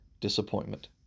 disappointment